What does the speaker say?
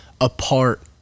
apart